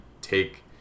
take